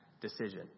decision